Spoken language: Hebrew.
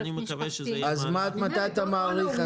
מתי אתה מעריך,